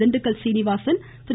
Dindigul Srinivasan Thiru